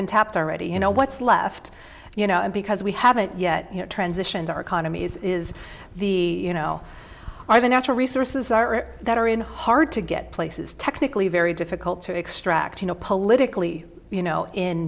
been tapped already you know what's left you know because we haven't yet you know transitions our economies is the you know are the natural resources that are in hard to get places technically very difficult to extract you know politically you know